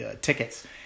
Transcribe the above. tickets